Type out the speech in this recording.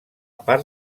part